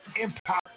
empower